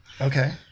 okay